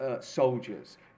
soldiers